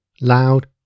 Loud